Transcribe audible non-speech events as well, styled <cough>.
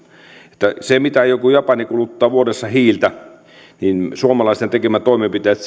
että se mitä joku japani kuluttaa vuodessa hiiltä niin siinä mittaluokassa suomalaisten tekemät toimenpiteet <unintelligible>